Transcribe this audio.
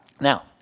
now